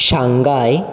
Shanghai